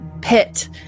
pit